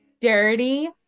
Dirty